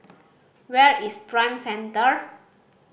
where is Prime Center